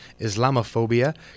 Islamophobia